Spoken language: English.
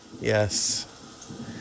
Yes